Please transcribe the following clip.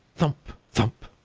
thump! thump!